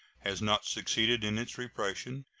has not succeeded in its repression,